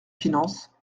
finances